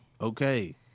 Okay